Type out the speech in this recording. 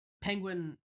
Penguin